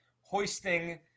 hoisting